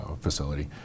facility